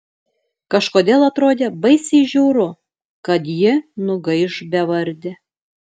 kažkodėl atrodė baisiai žiauru kad ji nugaiš bevardė